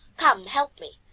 come, help me,